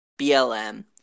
BLM